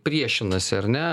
priešinasi ar ne